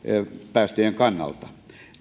päästöjen kannalta